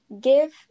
give